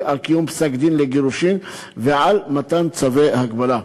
על קיום פסק-דין לגירושין ועל מתן צווי הגבלה.